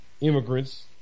immigrants